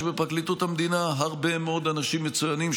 יש בפרקליטות המדינה הרבה מאוד אנשים מצוינים,